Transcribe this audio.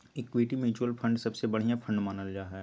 equity mutual fund सबसे बढ़िया fund मानल जा हय